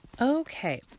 Okay